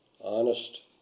honest